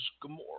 Gomorrah